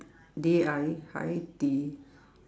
D I Hai-Di